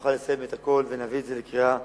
נוכל לסיים את הכול ונביא את זה לקריאה ראשונה,